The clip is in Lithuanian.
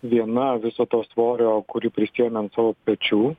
viena viso to svorio kurį prisiėmė ant savo pečių